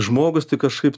žmogus tai kažkaip